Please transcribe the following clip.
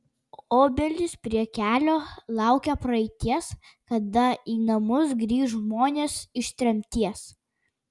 obelys prie kelio laukia praeities kada į namus grįš žmonės iš tremties